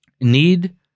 need